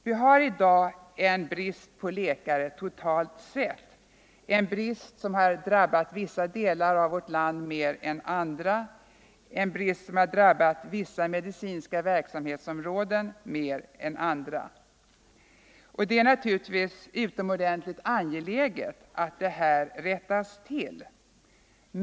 Vi har i dag en brist på läkare totalt sett, en brist som har drabbat vissa delar av vårt land och vissa medicinska verksamhetsområden mer än andra. Det är naturligtvis utomordentligt angeläget att detta rättas till.